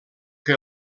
que